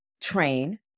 train